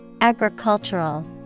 Agricultural